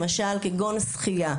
למשל: שחייה,